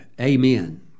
amen